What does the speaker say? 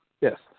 Yes